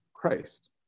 Christ